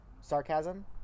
sarcasm